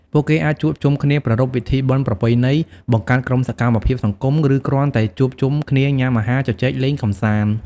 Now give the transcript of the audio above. ពួកគេអាចជួបជុំគ្នាប្រារព្ធពិធីបុណ្យប្រពៃណី បង្កើតក្រុមសកម្មភាពសង្គម ឬគ្រាន់តែជួបជុំគ្នាញ៉ាំអាហារជជែកលេងកម្សាន្ត ។